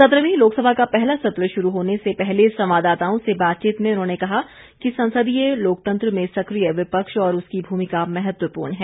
सत्रहवीं लोकसभा का पहला सत्र शुरू होने से पहले संवाददाताओं से बातचीत में उन्होंने कहा कि संसदीय लोकतंत्र में सक्रिय विपक्ष और उसकी भूमिका महत्वपूर्ण है